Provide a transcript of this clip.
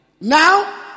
Now